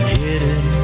hidden